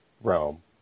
realm